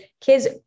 kids